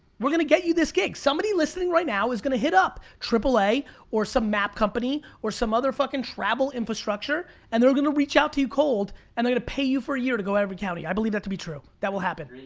we're gonna get you this gig! somebody listening right now is gonna hit up aaa or some map company or some other fuckin' travel infrastructure, and they're gonna reach out to you cold, and they're gonna pay you for a year to go to every county. i believe that to be true. that will happen.